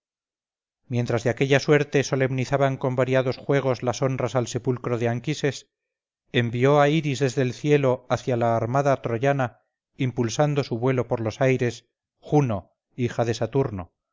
mientras de aquella suerte solemnizaban con variados juegos las honras al sepulcro de anquises envió a iris desde el cielo hacia la armada troyana impulsando su vuelo por los aires juno hija de saturno